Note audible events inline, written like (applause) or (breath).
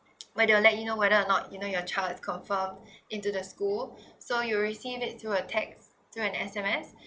(noise) where they will let you know whether or not you know your child is confirm (breath) into the school so you will see this through a text through an s m s